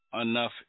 enough